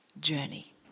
journey